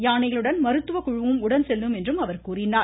யானைகளுடன் மருத்துவக்குழுவும் உடன் செல்லும் என்றும் அவர் கூறியுள்ளார்